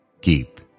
keep